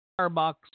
Starbucks